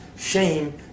Shame